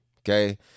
okay